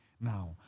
Now